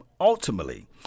ultimately